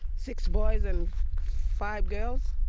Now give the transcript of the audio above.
six boys and five girls.